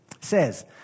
says